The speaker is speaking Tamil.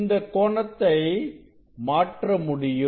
இந்தக் கோணத்தை மாற்றமுடியும்